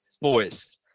boys